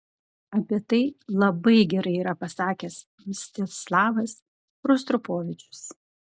apie tai labai gerai yra pasakęs mstislavas rostropovičius